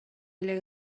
эле